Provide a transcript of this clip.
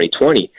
2020